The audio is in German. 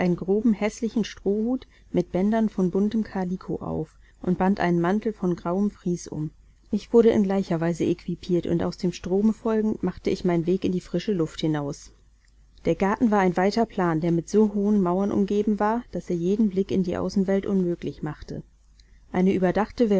groben häßlichen strohhut mit bändern von buntem kaliko auf und band einen mantel von grauem fries um ich wurde in gleicher weise equipiert und dem strome folgend machte ich meinen weg in die frische luft hinaus der garten war ein weiter plan der mit so hohen mauern umgeben war daß er jeden blick in die außenwelt unmöglich machte eine überdachte